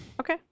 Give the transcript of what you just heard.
Okay